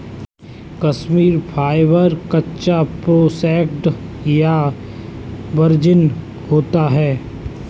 Kashmiri fibre, कच्चा, processed या virgin होता है